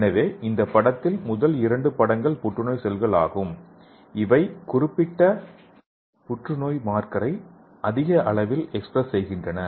எனவே இந்த படத்தில் முதல் இரண்டு படங்கள் புற்றுநோய் செல்கள் ஆகும் அவை குறிப்பிட்ட புற்றுநோய் மார்க்கரை அதிக அளவில் எக்ஸ்பிரஸ் செய்கின்றன